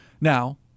Now